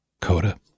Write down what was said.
CODA